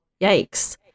yikes